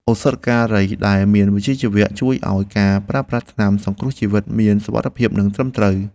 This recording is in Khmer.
ឱសថការីដែលមានវិជ្ជាជីវៈជួយឱ្យការប្រើប្រាស់ថ្នាំសង្គ្រោះជីវិតមានសុវត្ថិភាពនិងត្រឹមត្រូវ។